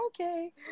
Okay